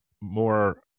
more